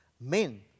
Men